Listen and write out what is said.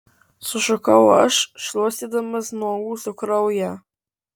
sušukau aš šluostydamas nuo ūsų kraują